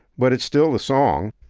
but it's still the song.